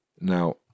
now